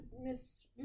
Miss